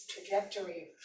trajectory